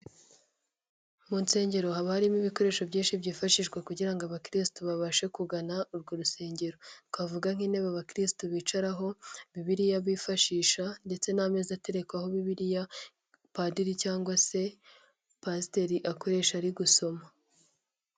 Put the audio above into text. Mu nsengero haba harimo ibikoresho byinshi byifashishwa kugira ngo abakristu babashe kugana urwo rusengero, twavuga nk'intebe abakirisitu bicaraho, Bibiliya bifashisha ndetse n'ameza aterekwaho Bibiliya padiri cyangwa se pasiteri akoresha ari gusoma.